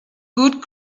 good